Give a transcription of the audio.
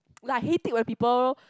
like I hate it when people